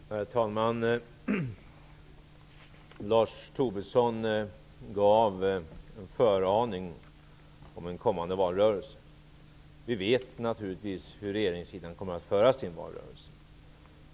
Herr talman! Lars Tobisson gav en föraning av den kommande valrörelsen. Vi vet naturligtvis hur regeringssidan kommer att föra sin valrörelse.